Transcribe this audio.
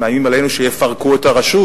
מאיימים עלינו שיפרקו את הרשות.